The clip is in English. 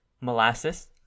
molasses